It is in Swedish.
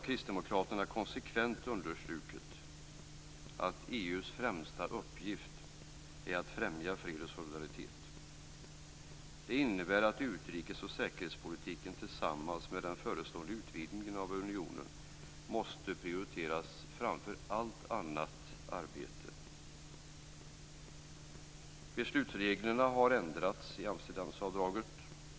Kristdemokraterna har konsekvent understrukit att EU:s främsta uppgift är att främja fred och solidaritet. Det innebär att utrikes och säkerhetspolitiken tillsammans med den förestående utvidgningen av unionen måste prioriteras framför allt annat arbete. Beslutsreglerna har ändrats i Amsterdamfördraget.